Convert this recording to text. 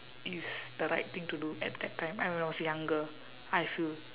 is the right thing to do at that time and when I was younger I feel